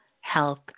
health